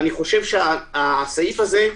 הסעיף הזה,